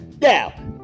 Now